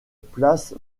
place